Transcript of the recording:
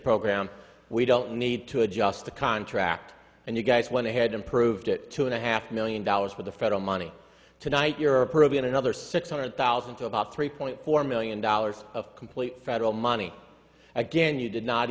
program we don't need to adjust the contract and you guys went ahead and proved it two and a half million dollars for the federal money tonight you're a peruvian another six hundred thousand to about three point four million dollars of complete federal money again you did not